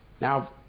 Now